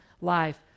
life